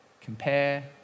Compare